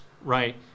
right